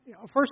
First